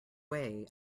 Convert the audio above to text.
way